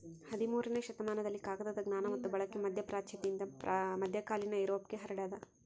ಹದಿಮೂರನೇ ಶತಮಾನದಲ್ಲಿ ಕಾಗದದ ಜ್ಞಾನ ಮತ್ತು ಬಳಕೆ ಮಧ್ಯಪ್ರಾಚ್ಯದಿಂದ ಮಧ್ಯಕಾಲೀನ ಯುರೋಪ್ಗೆ ಹರಡ್ಯಾದ